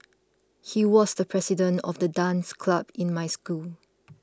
he was the president of the dance club in my school